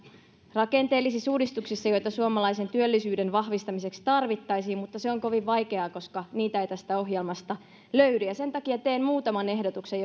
rakenteellisissa uudistuksissa joita suomalaisen työllisyyden vahvistamiseksi tarvittaisiin mutta se on kovin vaikeaa koska niitä ei tästä ohjelmasta löydy ja sen takia teen muutaman ehdotuksen